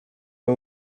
nie